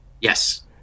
Yes